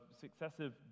successive